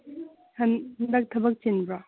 ꯍꯟꯗꯛ ꯊꯕꯛ ꯆꯤꯟꯕ꯭ꯔꯣ